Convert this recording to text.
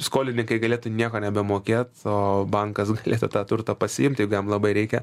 skolininkai galėtų nieko nebemokėt o bankas galėtų tą turtą pasiimti jeigu jam labai reikia